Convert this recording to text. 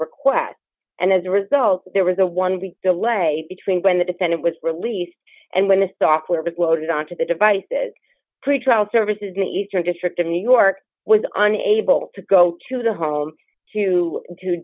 requests and as a result there was a one big delay between when the defendant was released and when the software was loaded on to the devices pretrial services in eastern district of new york was on able to go to the home to